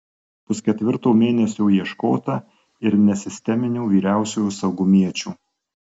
pusketvirto mėnesio ieškota ir nesisteminio vyriausiojo saugumiečio